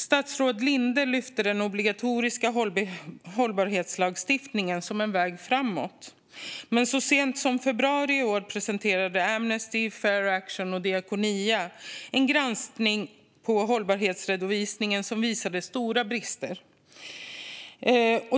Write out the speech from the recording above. Statsrådet Linde lyfte den obligatoriska hållbarhetslagstiftningen som en väg framåt. Men så sent som i februari i år presenterade Amnesty, Fair Action och Diakonia en granskning av hållbarhetsredovisningen som visade stora brister.